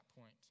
point